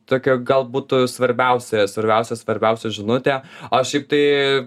tokia gal būtų svarbiausia svarbiausia svarbiausia žinutė aš juk tai